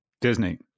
Disney